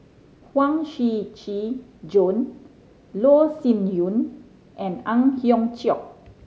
Huang Shiqi Joan Loh Sin Yun and Ang Hiong Chiok